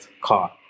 car